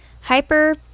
hyper